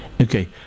Okay